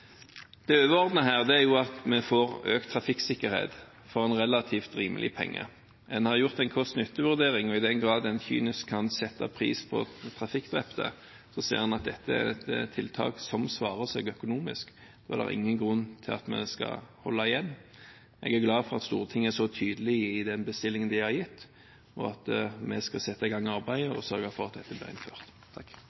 i betraktningen her, er at når vi stiller dette kravet i busser, vil vi måtte ha en tilnærming der utenlandske busser som kommer til Norge, også må forholde seg til det regelverket. Det er også en kompliserende, men ikke umuliggjørende faktor i dette. Det overordnede er jo at vi får økt trafikksikkerhet for en relativt rimelig penge. En har gjort en kost–nytte-vurdering, og i den grad en kynisk kan sette pris på trafikkdrepte, ser en at dette er et tiltak som svarer seg økonomisk, og det er ingen grunn til at vi skal holde igjen. Jeg er